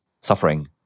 suffering